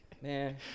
Man